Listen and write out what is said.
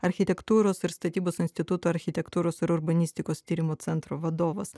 architektūros ir statybos instituto architektūros ir urbanistikos tyrimo centro vadovas